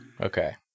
Okay